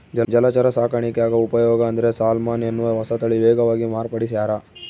ಜಲಚರ ಸಾಕಾಣಿಕ್ಯಾಗ ಉಪಯೋಗ ಅಂದ್ರೆ ಸಾಲ್ಮನ್ ಎನ್ನುವ ಹೊಸತಳಿ ವೇಗವಾಗಿ ಮಾರ್ಪಡಿಸ್ಯಾರ